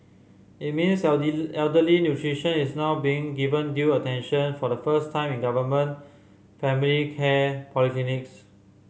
it means elderly nutrition is now being given due attention for the first time in government primary care polyclinics